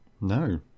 No